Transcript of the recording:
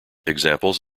examples